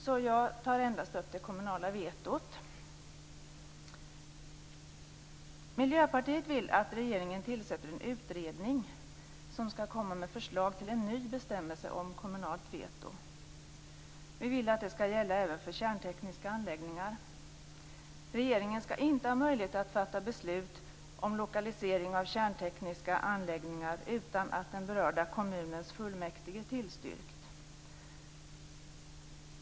Därför tar jag endast upp det kommunala vetot. Miljöpartiet vill att regeringen tillsätter en utredning som skall komma med förslag till en ny bestämmelse om kommunalt veto. Vi vill att det skall gälla även för kärntekniska anläggningar. Regeringen skall inte ha möjlighet att fatta beslut om lokalisering av kärntekniska anläggningar utan att den berörda kommunens fullmäktige har tillstyrkt.